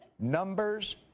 numbers